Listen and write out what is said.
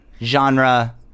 genre